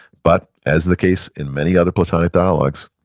but as the case in many other platonic dialogues,